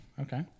Okay